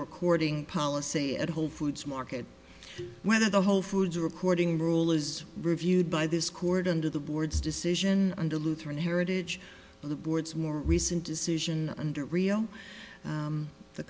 recording policy at whole foods market whether the whole foods or recording rule is reviewed by this court under the board's decision under lutheran heritage of the board's more recent decision under r